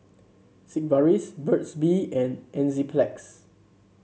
Sigvaris Burt's Bee and Enzyplex